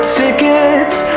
tickets